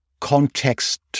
context